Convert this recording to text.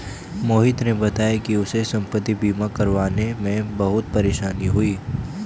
मोहित ने बताया कि उसे संपति बीमा करवाने में बहुत परेशानी हुई